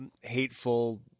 hateful